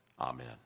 Amen